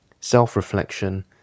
self-reflection